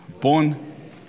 born